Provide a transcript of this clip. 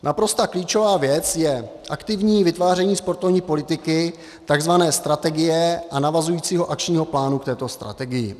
Naprosto klíčová věc je aktivní vytváření sportovní politiky, takzvané strategie, a navazujícího akčního plánu k této strategii.